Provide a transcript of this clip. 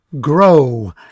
grow